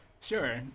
Sure